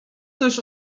też